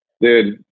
Dude